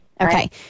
Okay